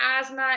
asthma